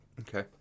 okay